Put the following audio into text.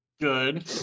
Good